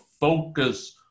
focus